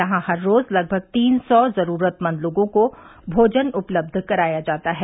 यहां हर रोज लगभग तीन सौ जरूरतमंद लोगों को भोजन उपलब्ध कराया जाता है